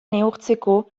neurtzeko